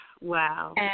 Wow